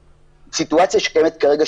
הסיטואציה שקיימת כרגע,